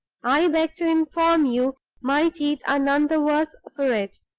i beg to inform you my teeth are none the worse for it.